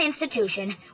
Institution